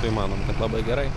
tai manom labai gerai